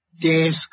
Desk